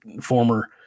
former